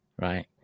right